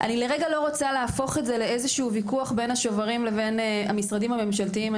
לא רוצה להפוך את זה לוויכוח בין השוברים למשרדים הממשלתיים.